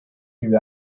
lui